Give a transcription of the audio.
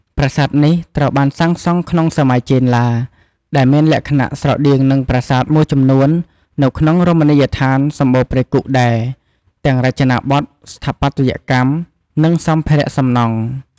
ប្រាសាទនេះត្រូវបានសាងសង់ក្នុងសម័យចេនឡា ដែលមានលក្ខណៈស្រដៀងនឹងប្រាសាទមួយចំនួននៅក្នុងរមណីយដ្ឋានសំបូរព្រៃគុកដែរ ទាំងរចនាបថស្ថាបត្យកម្មនិងសម្ភារៈសំណង់។